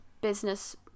business